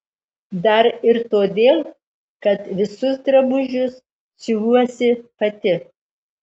dar ir todėl kad visus drabužius siuvuosi pati